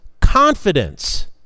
confidence